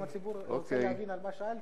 ואם הציבור רוצה להבין על מה שאלת,